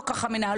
לא ככה מנהלים